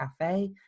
Cafe